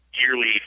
yearly